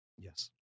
Yes